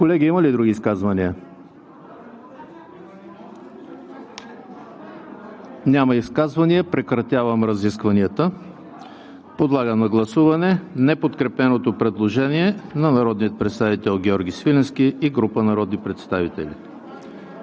Колеги, има ли други изказвания? Няма. Прекратявам разискванията. Подлагам на гласуване неподкрепеното предложение на народния представител Георги Свиленски и група народни представители.